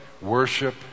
worship